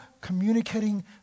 communicating